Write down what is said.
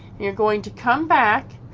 you're going to come back,